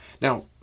Now